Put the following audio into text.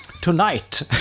tonight